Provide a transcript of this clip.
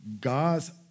God's